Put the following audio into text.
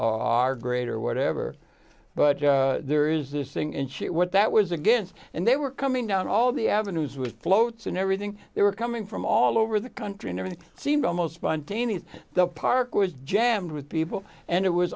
are great or whatever but there is this thing and shit what that was against and they were coming down all the avenues with floats and everything they were coming from all over the country and everything seemed almost spontaneous the park was jammed with people and it was